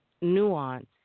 nuance